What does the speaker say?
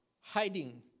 hiding